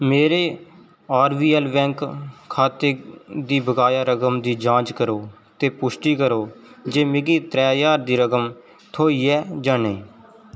मेरे RBL bank खाते दी बकाया रकम दी जांच करो ते पुश्टी करो जे मिगी त्रै ज्हार दी रकम थ्होई ऐ जां नेईं